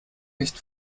nicht